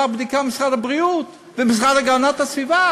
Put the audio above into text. בדיקה במשרד הבריאות ובמשרד להגנת הסביבה.